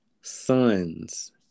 sons